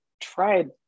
tried